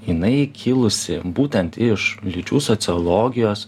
jinai kilusi būtent iš lyčių sociologijos